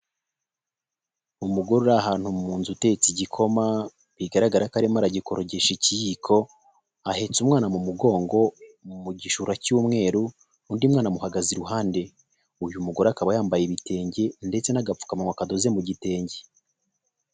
Umugore uri ahantu mu nzu utetse igikoma, bigaragara ko arimo aragikogesha ikiyiko, ahetse umwana mu mugongo mu gishura cy'umweru, undi mwana amuhagaze iruhande, uyu mugore akaba yambaye ibitenge ndetse n'agapfukamunwa kandoze mu gitenge.